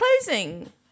closing